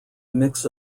mix